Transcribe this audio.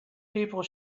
people